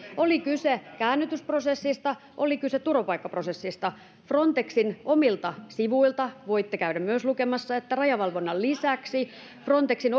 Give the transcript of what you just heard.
oli kyse käännytysprosessista oli kyse turvapaikkaprosessista frontexin omilta sivuilta voitte käydä myös lukemassa että rajavalvonnan lisäksi frontexin